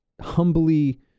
humbly